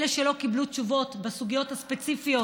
אלה שלא קיבלו תשובות בסוגיות הספציפיות,